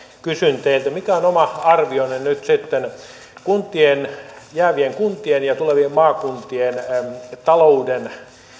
kysyn teiltä mikä on oma arvionne nyt sitten jäävien kuntien ja tulevien maakuntien talouden